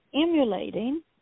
emulating